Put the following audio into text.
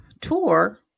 tour